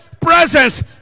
presence